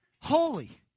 holy